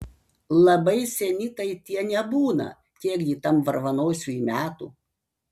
labai seni tai tie nebūna kiekgi tam varvanosiui metų